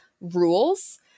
rules